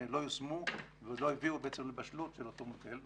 שלא יושמו ועוד לא הביאו לבשלות של אותו מוקד,